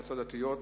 במועצות דתיות,